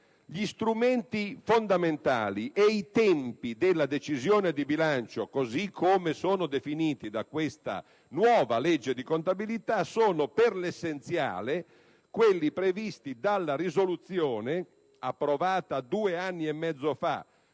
gli strumenti fondamentali e i tempi della decisione di bilancio, così come sono definiti da questa nuova legge di contabilità, sono per l'essenziale quelli previsti dalla risoluzione approvata due anni e mezzo fa